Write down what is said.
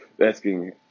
asking